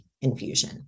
infusion